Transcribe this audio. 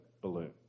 balloon